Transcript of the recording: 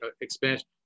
expansion